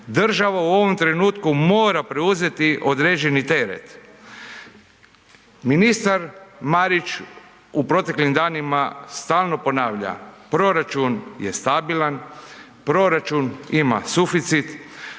Država u ovom trenutku mora preuzeti određeni teret. Ministar Marić u proteklim danima stalno ponavlja, proračun je stabilan, proračun ima suficit,